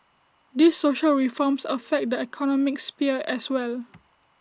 these social reforms affect the economic sphere as well